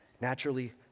naturally